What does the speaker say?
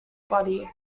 body